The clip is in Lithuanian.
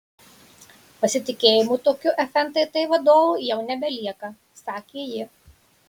pasitikėjimo tokiu fntt vadovu jau nebelieka sakė ji